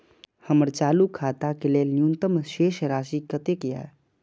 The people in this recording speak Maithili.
हमर चालू खाता के लेल न्यूनतम शेष राशि कतेक या?